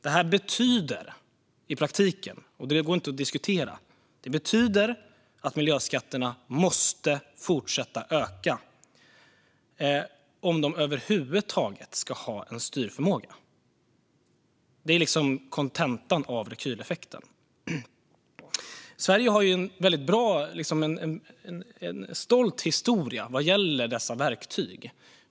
Detta betyder i praktiken - och det går inte att diskutera - att miljöskatterna måste fortsätta att öka om de över huvud taget ska ha en styrförmåga. Det är kontentan av rekyleffekten. Sverige har en stolt historia vad gäller dessa verktyg.